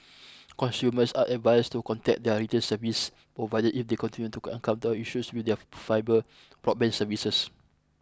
consumers are advised to contact their retail service providers if they continue to encounter issues with their fibre broadband services